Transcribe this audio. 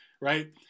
right